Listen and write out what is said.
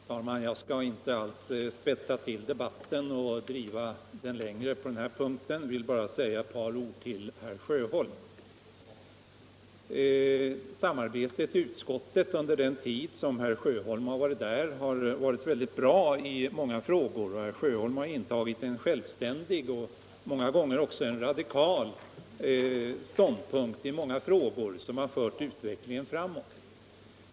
Herr talman! Jag skall inte spetsa till debatten och driva den längre än nödvändigt, utan jag vill bara säga några ord till herr Sjöholm. Under den tid som herr Sjöholm deltagit i arbetet i utskottet har samarbetet varit mycket gott, och herr Sjöholm har i många frågor intagit en självständig och många gånger också radikal ståndpunkt som har fört utvecklingen framåt.